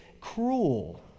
cruel